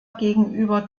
gegenüber